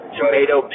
tomato